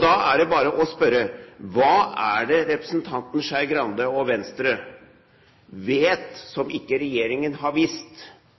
Da er det bare å spørre: Hva er det representanten Skei Grande og Venstre vet, som ikke regjeringen har visst,